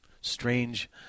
strange